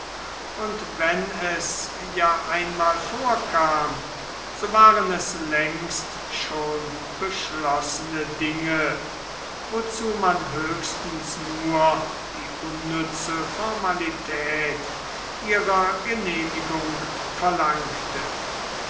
und wenn es ja einmal vorkam so waren es längst schon beschlossene dinge wozu man höchstens nur die unnütze formalität ihrer genehmigung verlangte